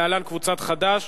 להלן: קבוצת סיעת חד"ש,